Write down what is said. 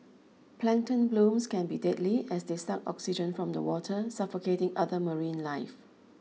plankton blooms can be deadly as they suck oxygen from the water suffocating other marine life